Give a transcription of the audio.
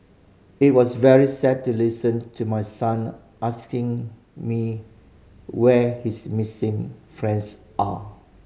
it was very sad to listen to my son asking me where his missing friends are